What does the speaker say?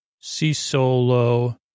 C-Solo